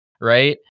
right